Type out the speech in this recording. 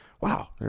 Wow